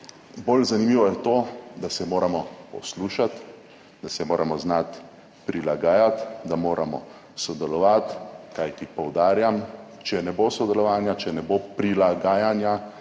bolj zanimivo je to, da se moramo poslušati, da se moramo znati prilagajati, da moramo sodelovati, kajti poudarjam, če ne bo sodelovanja, če ne bo prilagajanja,